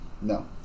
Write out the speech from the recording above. No